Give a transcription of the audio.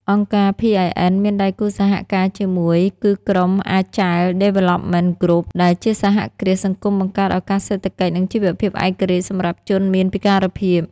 អង្គការ PIN មានដៃគូសហការមួយគឺក្រុម អាចែល ដេវេលឡប់មិន គ្រុប (Agile Development Group) ដែលជាសហគ្រាសសង្គមបង្កើតឱកាសសេដ្ឋកិច្ចនិងជីវភាពឯករាជ្យសម្រាប់ជនមានពិការភាព។